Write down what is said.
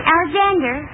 Alexander